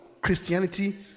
Christianity